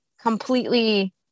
completely